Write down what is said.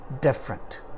different